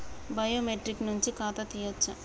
Biometric నుంచి ఖాతా తీయచ్చా?